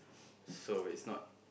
so it's not